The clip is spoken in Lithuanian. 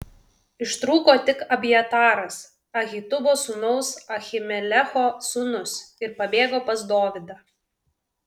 ištrūko tik abjataras ahitubo sūnaus ahimelecho sūnus ir pabėgo pas dovydą